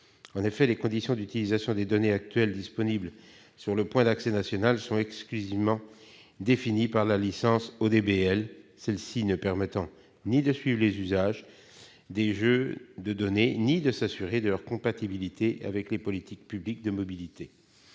En effet, les conditions d'utilisation des données actuellement disponibles sur le point d'accès national sont exclusivement définies par la licence ODBL, celle-ci ne permettant ni de suivre les usages des jeux de données ni de s'assurer de leur compatibilité avec les politiques publiques de mobilité.